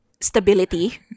stability